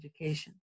education